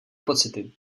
pocity